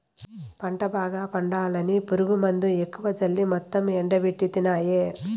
పంట బాగా పండాలని పురుగుమందులెక్కువ చల్లి మొత్తం ఎండబెట్టితినాయే